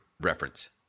reference